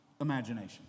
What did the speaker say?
imagination